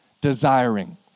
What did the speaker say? desiring